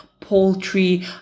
poultry